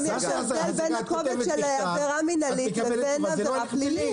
גם יש הבדל בין הכובד של עבירה מינהלית לבין עבירה פלילית.